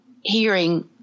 hearing